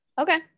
Okay